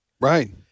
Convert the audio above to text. Right